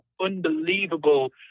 unbelievable